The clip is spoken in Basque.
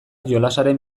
jolasaren